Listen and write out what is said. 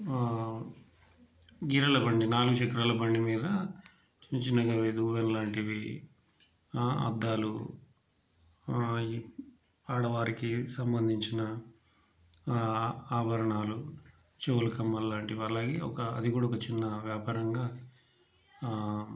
గిన్నెలబండి నాలుగుచక్రాల బండి మీద చిన్నచిన్నగా దువ్వెన్నల్లాంటివి అద్దాలు ఈ ఆడవారికి సంబంధించిన ఆభరణాలు చెవులు కమ్మల్లాంటివి అలాగే ఒక అది కూడా ఒక చిన్న వ్యాపారంగా